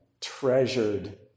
treasured